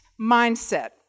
mindset